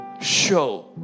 show